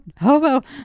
Hobo